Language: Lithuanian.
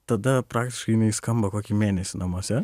tada praktiškai jinai skamba kokį mėnesį namuose